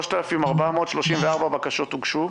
3,434 בקשות הוגשו.